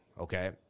okay